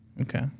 Okay